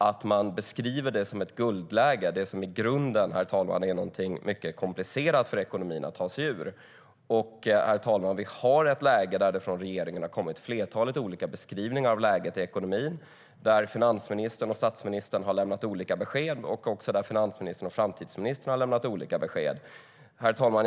Att beskriva det som ett guldläge, något som i grunden är mycket komplicerat för ekonomin att ta sig ur, är problematiskt. Dessutom, herr talman, har det från regeringen kommit flertalet olika beskrivningar av läget i ekonomin. Finansministern och statsministern har lämnat olika besked, och också finansministern och framtidsministern har lämnat olika besked. Herr talman!